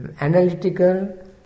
analytical